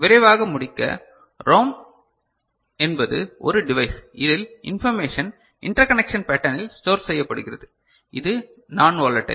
விரைவாக முடிக்க ரோம் என்பது ஒரு டிவைஸ் இதில் இன்பர்மேஷன் இன்டர்கனேக்ஷன் பேட்டர்னில் ஸ்டோர் செய்யப்படுகிறது இது நான் வோலடைல்